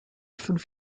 fünf